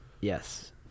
Yes